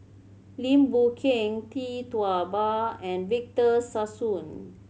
Lim Boon Keng Tee Tua Ba and Victor Sassoon